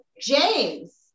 James